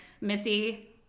Missy